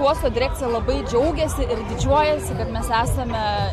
uosto direkcija labai džiaugiasi ir didžiuojasi kad mes esame